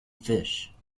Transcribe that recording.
fish